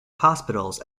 hospitals